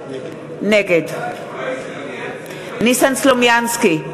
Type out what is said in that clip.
נגד ניסן סלומינסקי,